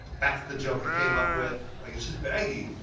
that's the joke came up with. like it's just baggy.